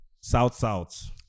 South-South